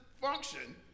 function